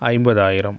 ஐம்பதாயிரம்